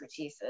expertises